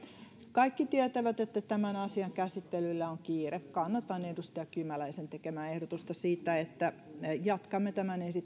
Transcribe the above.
kaikki tietävät että tämän asian käsittelyllä on kiire kannatan edustaja kymäläisen tekemää ehdotusta siitä että jatkamme tämän